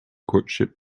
courtship